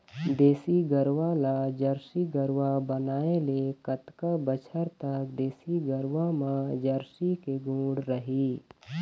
देसी गरवा ला जरसी गरवा बनाए ले कतका बछर तक देसी गरवा मा जरसी के गुण रही?